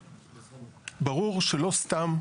ברור שלא סתם,